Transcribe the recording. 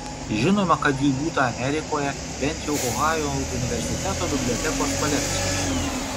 žinoma kad jų būta amerikoje bent jau ohajo universiteto bibliotekos kolekcijoje